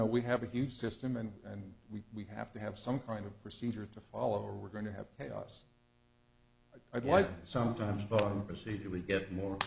know we have a huge system and and we we have to have some kind of procedure to follow or we're going to have chaos i'd like sometimes above procedure we get more